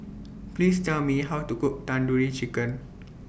Please Tell Me How to Cook Tandoori Chicken